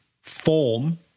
form